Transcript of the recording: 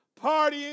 partying